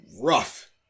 rough